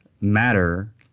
matter